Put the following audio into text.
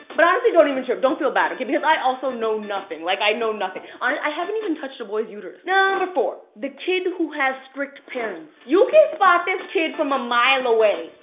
but honestly, don't even trip. don't feel bad, okay? because i also know nothing. like, i know nothing. i haven't even touched a boy's uterus. number four the kid who has strict parents. you can spot this kid from a mile away.